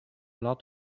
lot